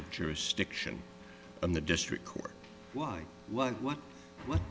of jurisdiction in the district court why what what